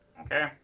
okay